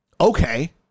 Okay